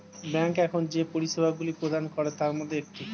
bank এখন যে পরিষেবাগুলি প্রদান করে তার মধ্যে একটি